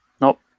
Nope